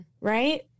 right